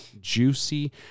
juicy